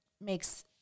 makes